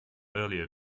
earlier